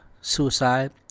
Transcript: suicide